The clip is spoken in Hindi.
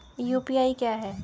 यू.पी.आई क्या है?